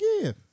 again